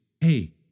hey